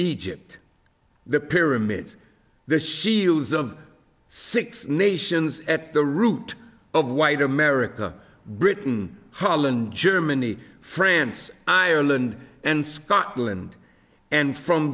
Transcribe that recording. egypt the pyramids the shields of six nations at the root of white america britain holland germany france ireland and scotland and from